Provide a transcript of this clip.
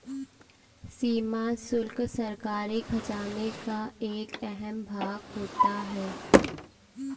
सीमा शुल्क सरकारी खजाने का एक अहम भाग होता है